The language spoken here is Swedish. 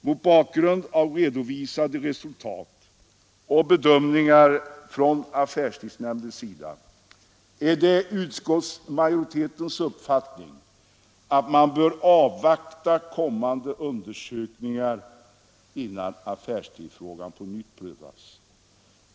Mot bakgrund av redovisade resultatsbedömningar från affärstidsnämnden är det utskottsmajoritetens uppfattning att man bör avvakta kommande undersökningar innan affärstidsfrågan på nytt prövas.